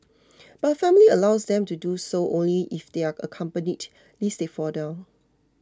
but her family allows them to do so only if they are accompanied lest they fall down